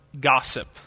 gossip